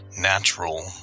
natural